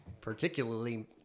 particularly